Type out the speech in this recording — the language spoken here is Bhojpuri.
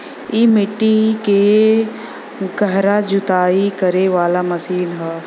इ मट्टी के गहरा जुताई करे वाला मशीन हौ